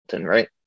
right